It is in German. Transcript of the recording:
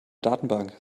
datenbank